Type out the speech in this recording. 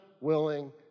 willing